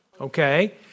Okay